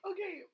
Okay